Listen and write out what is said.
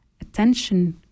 attention